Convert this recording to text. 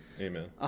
Amen